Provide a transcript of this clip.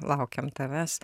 laukėm tavęs